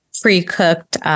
pre-cooked